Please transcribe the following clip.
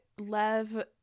Lev